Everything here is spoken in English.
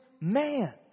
man